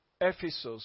Ephesus